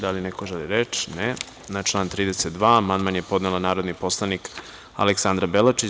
Da li neko želi reč? (Ne) Na član 32. amandman je podnela narodni poslanik Aleksandra Belačić.